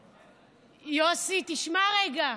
יוסי, תשמע רגע.